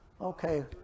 Okay